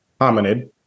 hominid